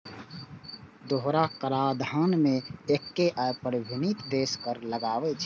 दोहरा कराधान मे एक्के आय पर विभिन्न देश कर लगाबै छै